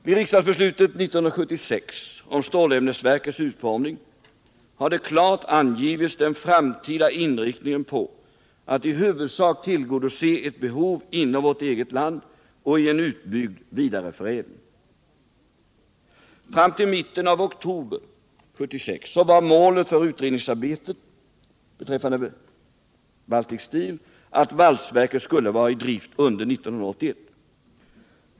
Vid riksdagsbeslutet 1976 om stålämnesverkets utformning har klart angivits den framtida inriktningen på att i huvudsak tillgodose ett behov inom vårt eget land och i en utbyggd vidareförädling. Fram till mitten av oktober 1976 var målet för utredningsarbetet beträffande Baltic Steel att valsverket skulle vara i drift under 1981.